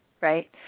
right